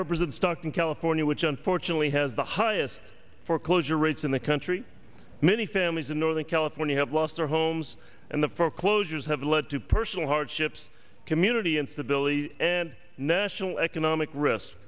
represent stockton california which unfortunately has the highest foreclosure rates in the country many families in northern california have lost their homes and the foreclosures have led to personal hardships community instability and national economic ris